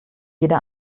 jeder